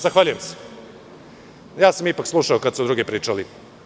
Zahvaljujem se, ja sam ipak slušao dok su drugi pričali.